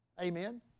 Amen